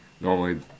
normally